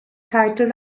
title